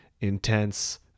intense